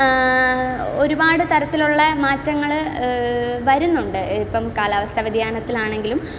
ഒരുപാട് തരത്തിലുള്ള മാറ്റങ്ങൾ വരുന്നുണ്ട് ഇപ്പം കാലാവസ്ഥ വ്യതിയാനത്തിൽ ആണെങ്കിലും